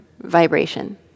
vibration